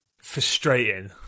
Frustrating